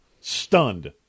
stunned